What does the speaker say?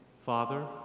Father